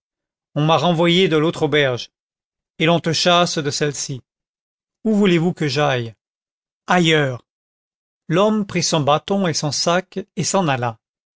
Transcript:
on m'a renvoyé de l'autre auberge et l'on te chasse de celle-ci où voulez-vous que j'aille ailleurs l'homme prit son bâton et son sac et s'en alla